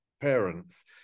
parents